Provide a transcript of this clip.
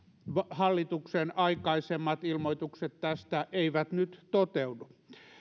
hallituksen aikaisemmat ilmoitukset tästä eivät nyt toteudu